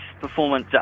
performance